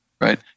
right